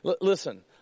Listen